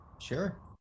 Sure